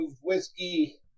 whiskey